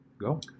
go